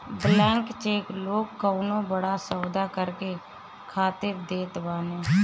blank cheque लोग कवनो बड़ा सौदा करे खातिर देत बाने